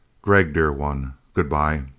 gregg, dear one good-bye.